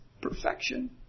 perfection